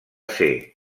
ser